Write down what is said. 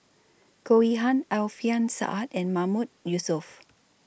Goh Yihan Alfian Sa'at and Mahmood Yusof